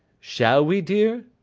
shall we, dear